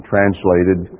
Translated